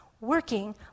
Working